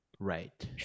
Right